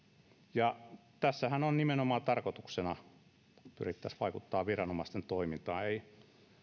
mikään tässähän on nimenomaan tarkoituksena että pyrittäisiin vaikuttamaan viranomaisten toimintaan